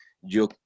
Yo